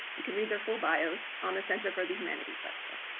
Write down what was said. you can read their full bios on the center for the humanities website.